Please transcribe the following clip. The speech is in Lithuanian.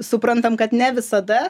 suprantam kad ne visada